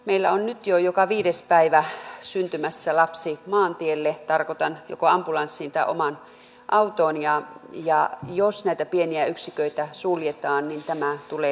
meillä on nyt jo joka viides päivä syntymässä lapsi maantielle tarkoitan joko ambulanssiin tai omaan autoon ja jos näitä pieniä yksiköitä suljetaan niin tämä tulee lisääntymään